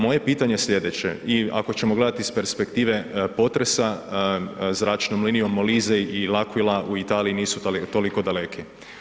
Moje pitanje je sljedeće i ako ćemo gledati iz perspektive potresa, zračnom linijom Molise i L'Aquila u Italiji nisu toliko daleki.